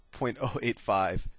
0.085